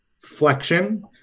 flexion